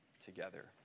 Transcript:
together